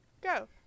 go